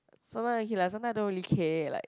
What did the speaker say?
sometime okay lah sometime don't really care like